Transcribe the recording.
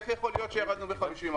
איך יכול להיות שירדנו ב-50%.